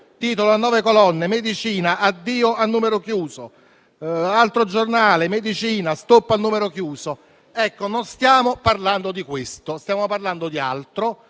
titola a nove colonne: medicina: addio a numero chiuso; un altro giornale: medicina, stop al numero chiuso. Ecco, non stiamo parlando di questo: stiamo parlando di altro.